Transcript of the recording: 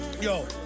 Yo